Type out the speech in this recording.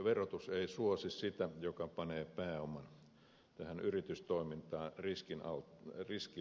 verotus ei suosi sitä joka panee pääoman tähän yritystoimintaan riskille alttiiksi